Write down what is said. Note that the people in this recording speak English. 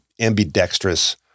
ambidextrous